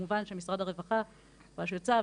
כמובן שמשרד הרווחה כבר יצא,